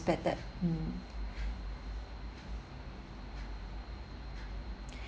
suspected mm